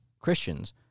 Christians